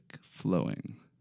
flowing